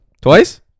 Twice